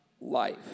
life